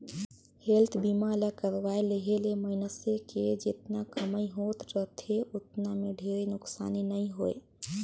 health बीमा ल करवाये लेहे ले मइनसे के जेतना कमई होत रथे ओतना मे ढेरे नुकसानी नइ होय